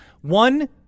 One